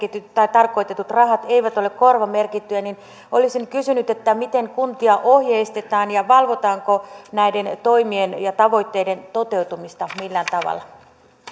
tarkoitetut rahat eivät ole korvamerkittyjä niin olisin kysynyt miten kuntia ohjeistetaan ja valvotaanko näiden toimien ja tavoitteiden toteutumista millään tavalla